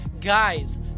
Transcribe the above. Guys